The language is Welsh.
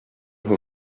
nhw